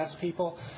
people